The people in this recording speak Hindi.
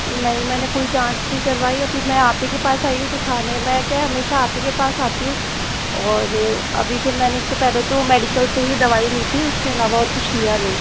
नहीं मैंने कोई जाँच नहीं करवाई अभी मैं आप ही के पास आई हूँ दिखाने मैं क्या हमेशा आप ही के पास आती हूँ और अभी फिर मैंने इससे पहले तो मेडिकल से ही दवाई ली थी उसके अलावा और कुछ लिया नहीं